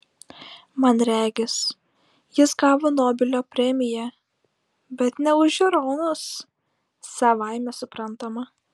man regis jis gavo nobelio premiją bet ne už žiūronus savaime suprantama